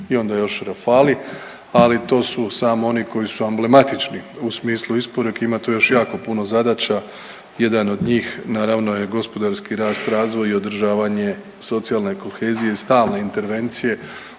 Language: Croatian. i onda još rafali. Ali to su samo oni koji su amblematični u smislu isporuke. Ima tu još jako puno zadaća. Jedan od njih naravno je gospodarski rast, razvoj i održavanje socijalne kohezije, stalne intervencije